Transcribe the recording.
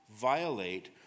violate